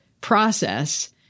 process